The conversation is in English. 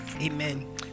Amen